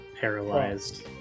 paralyzed